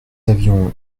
avions